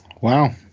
Wow